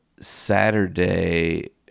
Saturday